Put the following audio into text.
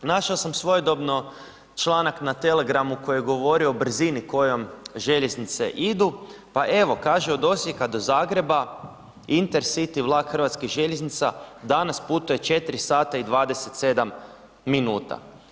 Našao sam svojedobno članak na Telegramu koji je govorio o brzini kojom željeznice idu pa evo kaže od Osijeka do Zagreba intercity vlak Hrvatskih željeznica danas putuje 4 sata i 27 minuta.